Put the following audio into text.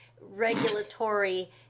regulatory